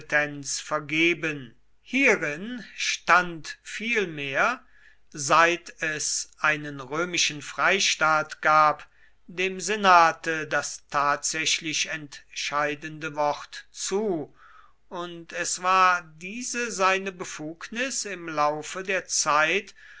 vergeben hierin stand vielmehr seit es einen römischen freistaat gab dem senate das tatsächlich entscheidende wort zu und es war diese seine befugnis im laufe der zeit